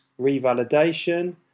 revalidation